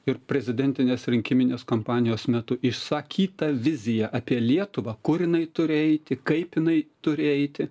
ir prezidentinės rinkiminės kampanijos metu išsakyta vizija apie lietuvą kur jinai turi eiti kaip jinai turi eiti